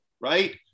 right